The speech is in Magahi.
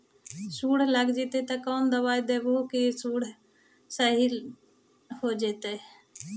सुंडी लग जितै त कोन दबाइ देबै कि सही हो जितै?